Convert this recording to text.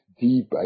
deep